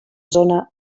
zona